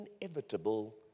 inevitable